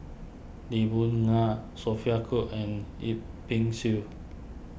Lee Boon Ngan Sophia Cooke and Yip Pin Xiu